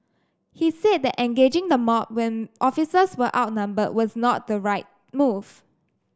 he said that engaging the mob when officers were outnumber was not the right move